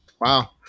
Wow